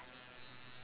ya